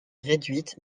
réduite